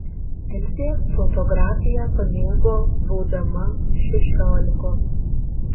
elzė fotografiją pamėgo būdama šešiolikos